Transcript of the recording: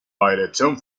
elección